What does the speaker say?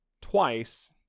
twice